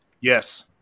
yes